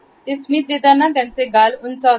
हे स्मित देताना त्यांचे गाल उंचावतात